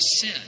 sin